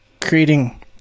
creating